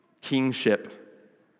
kingship